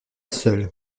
seul